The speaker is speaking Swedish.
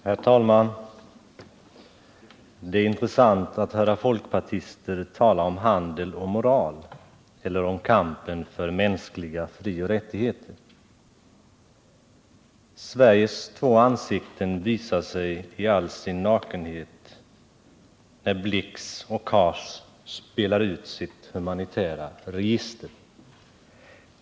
Herr talman! Det är intressant att höra folkpartister tala om handel och moral, eller om kampen för mänskliga frioch rättigheter. Sveriges två ansikten visar sig i all sin nakenhet när Hans Blix och Hadar Cars spelar ut sitt humanitära register.